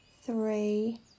three